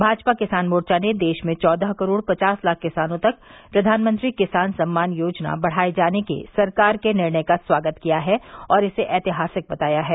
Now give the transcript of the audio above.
भाजपा किसान मोर्चा ने देश में चौदह करोड़ पचास लाख किसानों तक प्रधानमंत्री किसान सम्मान योजना बढ़ाए जाने के सरकार के निर्णय का स्वागत किया है और इसे ऐतिहासिक बताया है